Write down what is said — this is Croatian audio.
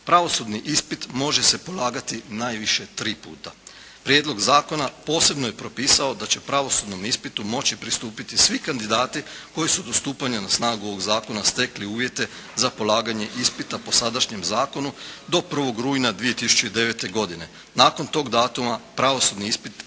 Pravosudni ispit može se polagati najviše 3 puta. Prijedlog zakona posebno je propisao da će pravosudnom ispitu moći pristupiti svi kandidati koji su do stupanja na snagu ovog zakona stekli uvjete za polaganje ispita po sadašnjem zakonu do 1. rujna 2009. godine. Nakon tog datuma pravosudni ispit polagat